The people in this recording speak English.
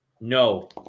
No